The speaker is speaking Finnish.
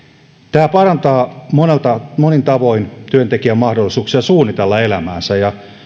tämä parantaa monin tavoin työntekijän mahdollisuuksia suunnitella elämäänsä ja